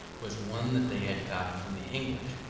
was one that they had got from the english,